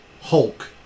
Hulk